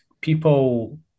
people